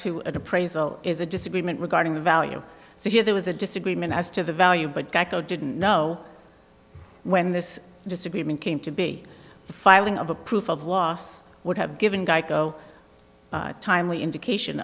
to appraisal is a disagreement regarding the value so yeah there was a disagreement as to the value but geico didn't know when this disagreement came to be the filing of a proof of loss would have given geico timely indication